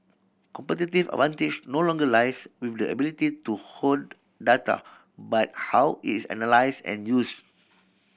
competitive advantage no longer lies with the ability to hoard data but how it's analysed and used